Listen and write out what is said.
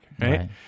Right